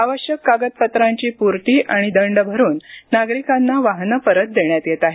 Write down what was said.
आवश्यक ती कागदपत्रांची पूर्ती आणि दंड भरून नागरिकांना वाहनं परत देण्यात येत आहेत